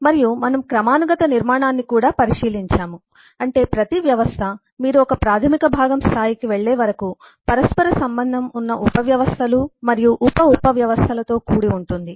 మరియు మనము క్రమానుగత నిర్మాణాన్ని కూడా క్లుప్తంగా పరిశీలించాము అంటే ప్రతి వ్యవస్థ మీరు ఒక ప్రాధమిక భాగం స్థాయికి వెళ్ళే వరకు పరస్పర సంబంధం ఉన్న ఉపవ్యవస్థలు మరియు ఉప ఉప వ్యవస్థలతో కూడి ఉంటుంది